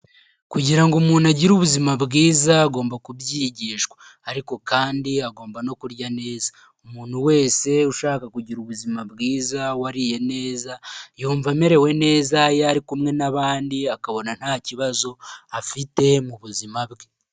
Kugirango umuntu agire ubuzima bwiza agomba kubyigishwa, ariko kandi agomba no kurya neza. Umuntu wese ushaka kugira ubuzima bwiza wariye neza, yumva amerewe neza iyo ari kumwe n'abandi akabona nta kibazo afite mu buzima bwe.